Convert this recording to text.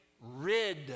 rid